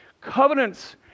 covenants